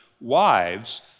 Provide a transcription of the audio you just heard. wives